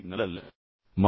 சர்க்கரை நல்லதல்ல